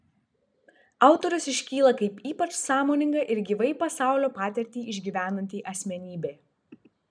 autorius iškyla kaip ypač sąmoninga ir gyvai pasaulio patirtį išgyvenanti asmenybė